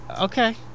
Okay